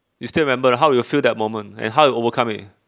you still remember or not how you feel that moment and how you overcome it